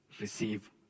receive